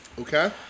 Okay